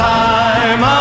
time